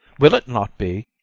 will it not be?